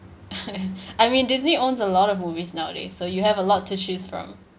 I mean Disney owns a lot of movies nowadays so you have a lot to choose from